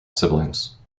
siblings